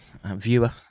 viewer